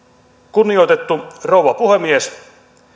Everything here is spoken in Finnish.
kunnioitettu rouva puhemies